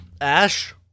Ash